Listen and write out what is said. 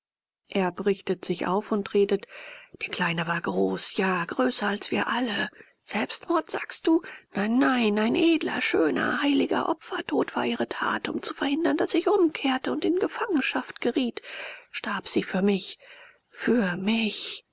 erb richtet sich auf und redet die kleine war groß ja größer als wir alle selbstmord sagst du nein nein ein edler schöner heiliger opfertod war ihre tat um zu verhindern daß ich umkehrte und in gefangenschaft geriet starb sie für mich für mich